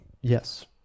Yes